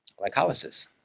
glycolysis